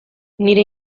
nire